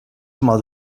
mal